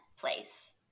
place